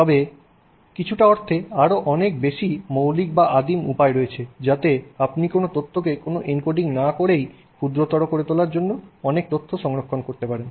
তবে কিছুটা অর্থে আরও অনেক বেশি মৌলিক বা আদিম উপায় রয়েছে যাতে আপনি কোনও তথ্যকে কোনও এনকোডিং না করেই ক্ষুদ্রতর করে তোলার জন্য তথ্য সংরক্ষণ করতে পারেন